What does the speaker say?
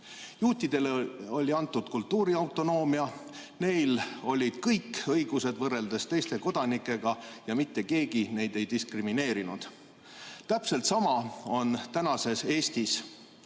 Juutidele oli antud kultuuriautonoomia, neil olid kõik õigused võrreldes teiste kodanikega ja mitte keegi neid ei diskrimineerinud. Täpselt sama on tänases Eestis.